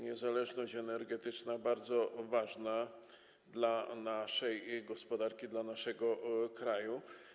Niezależność energetyczna jest bardzo ważna dla naszej gospodarki, dla naszego kraju.